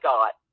God